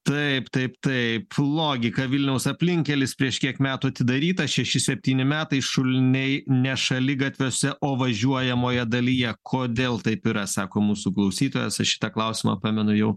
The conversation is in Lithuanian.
taip taip taip logika vilniaus aplinkkelis prieš kiek metų atidarytas šeši septyni metai šuliniai ne šaligatviuose o važiuojamojoje dalyje kodėl taip yra sako mūsų klausytojas aš šitą klausimą pamenu jau